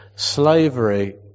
Slavery